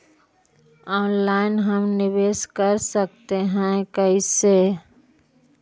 Online हम निवेश कर सकते है, कैसे?